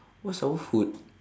what's our food